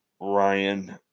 Ryan